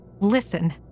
listen